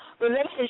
relationship